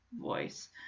voice